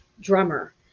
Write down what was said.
drummer